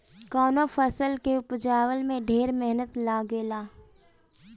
कवनो फसल के उपजला में ढेर मेहनत लागेला